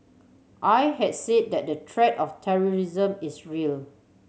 I had said that the threat of terrorism is real